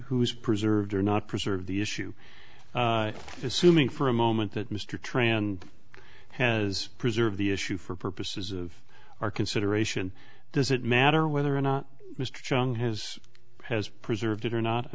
is preserved or not preserved the issue assuming for a moment that mr tran has preserved the issue for purposes of our consideration does it matter whether or not mr truong has has preserved it or not i